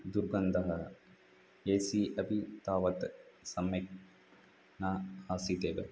दुर्गन्धः एसि अपि तावत् सम्यक् न आसीतेव